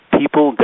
people